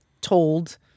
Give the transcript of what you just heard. told